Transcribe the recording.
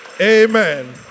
Amen